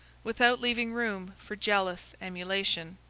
without leaving room for jealous emulation.